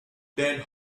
dead